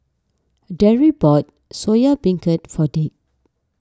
Darrick bought Soya Beancurd for Dick